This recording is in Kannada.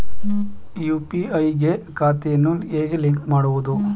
ಯು.ಪಿ.ಐ ಗೆ ಖಾತೆಯನ್ನು ಹೇಗೆ ಲಿಂಕ್ ಮಾಡುವುದು?